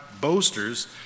boasters